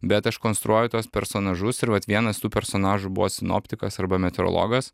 bet aš konstruoju tuos personažus ir vat vienas tų personažų buvo sinoptikas arba meteorologas